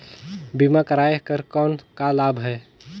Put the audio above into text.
बीमा कराय कर कौन का लाभ है?